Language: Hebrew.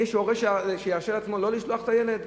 האם יש הורה שירשה לעצמו לא לשלוח את הילד?